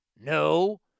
No